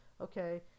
Okay